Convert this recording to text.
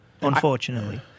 Unfortunately